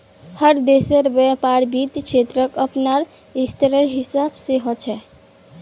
हर देशेर व्यापार वित्त क्षेत्रक अपनार स्तरेर हिसाब स ह छेक